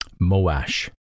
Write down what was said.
Moash